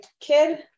kid